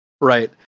Right